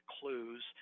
clues